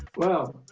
well.